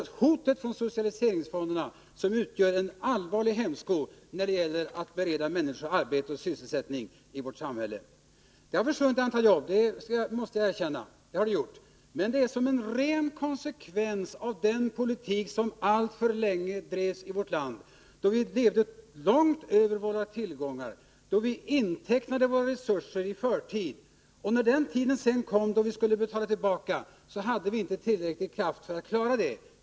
Det är hotet om socialiseringsfonderna som utgör en allvarlig hämsko när det gäller att bereda människor arbete och sysselsättning i vårt samhälle. Det har försvunnit ett antal jobb — det måste jag erkänna. Men det är en ren konsekvens av den politik som alltför länge drevs i vårt land, då vi levde långt över våra tillgångar, då vi intecknade våra resurser i förtid. När den tiden sedan kom då vi skulle betala tillbaka, hade vi inte tillräcklig kraft att klara det.